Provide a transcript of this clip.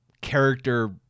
character